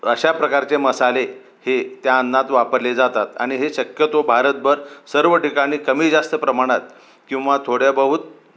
तर अशा प्रकारचे मसाले हे त्या अन्नात वापरले जातात आणि हे शक्यतो भारतभर सर्व ठिकाणी कमी जास्त प्रमाणात किंवा थोड्याबहुत